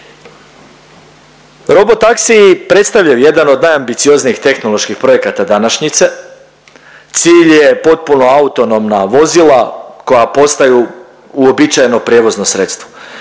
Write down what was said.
Robo taksiji predstavljaju jedan od najambicioznijih tehnoloških projekata današnjice. Cilj je potpuno autonomna vozila koja postaju uobičajeno prijevozno sredstvo